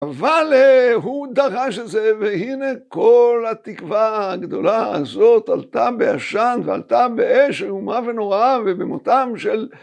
אבל, אה... הוא דרש את זה והנה, כל התקווה הגדולה הזאת עלתה בעשן ועלתה באש איומה ונוראה ובמותם של...